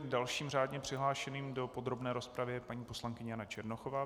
Dalším řádně přihlášeným do podrobné rozpravy je paní poslankyně Jana Černochová.